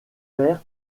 père